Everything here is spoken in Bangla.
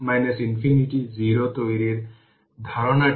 সুতরাং হাফ L এটি আপনার i 2 তাই 25 t 2 e থেকে পাওয়ার 20 t